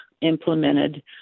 implemented